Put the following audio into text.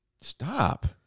Stop